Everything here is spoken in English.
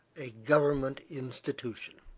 a government institution.